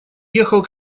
ехал